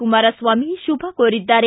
ಕುಮಾರಸ್ವಾಮಿ ಶುಭ ಕೋರಿದ್ದಾರೆ